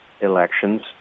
elections